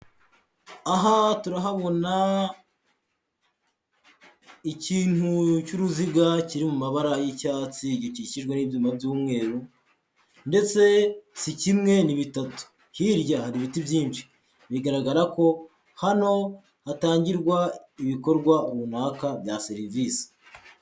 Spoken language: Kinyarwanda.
Aha turahabona ikintu cy'uruziga kiri mu mabara y'icyatsi, gikikijwe n'ibyuma by'umweru ndetse si kimwe ni bitatu. Hirya hari ibiti byinshi. Bigaragara ko hano hatangirwa ibikorwa runaka bya serivisi.